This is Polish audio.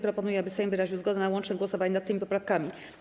Proponuję, aby Sejm wyraził zgodę na łączne głosowanie nad tymi poprawkami.